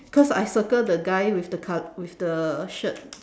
cause I circle the guy with the col~ with the shirt